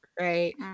right